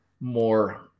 more